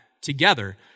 together